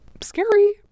scary